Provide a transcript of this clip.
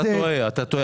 אתה טועה.